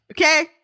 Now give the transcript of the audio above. Okay